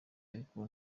ariko